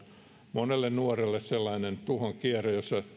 monelle nuorelle sellainen tuhon kierre jossa